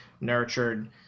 nurtured